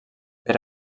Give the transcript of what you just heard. per